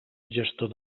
gestor